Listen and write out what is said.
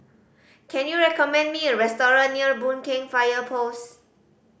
can you recommend me a restaurant near Boon Keng Fire Post